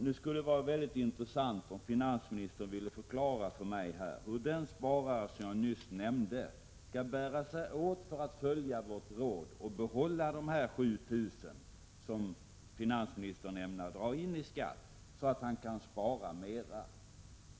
Det skulle vara mycket intressant om finansministern kunde förklara för mig hur den sparare som jag nyss nämnde skall bära sig åt för att följa vårt råd och behålla dessa 7 000 kr. som finansministern ämnar dra in i skatt, så att han kan spara mer.